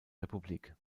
republik